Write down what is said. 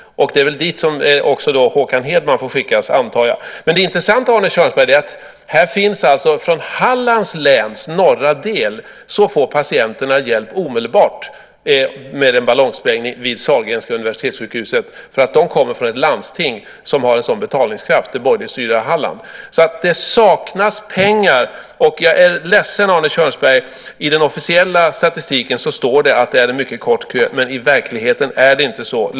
Det är väl dit som också Håkan Hedman får skickas, antar jag. Men det intressanta är att i norra delen av Halland får patienterna hjälp med en ballongsprängning omedelbart vid Sahlgrenska universitetssjukhuset. De bor i ett landsting, det borgerligt styrda Halland, som har en sådan betalningskraft. Det saknas pengar. Och jag är ledsen, Arne Kjörnsberg, men i den officiella statistiken står det att det är en mycket kort kö, men i verkligheten är det inte så.